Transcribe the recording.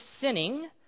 sinning